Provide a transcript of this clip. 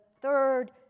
third